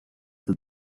the